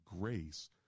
Grace